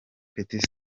petit